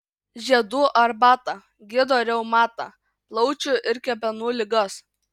žiedų arbata gydo reumatą plaučių ir kepenų ligas